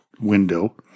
window